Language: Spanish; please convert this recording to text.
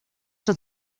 son